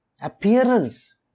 appearance